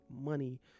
money